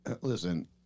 Listen